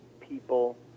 people